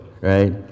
right